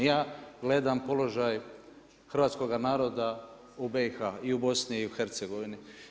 Ja gledam položaj hrvatskoga naroda u BiH-u, i u Bosni i u Hercegovini.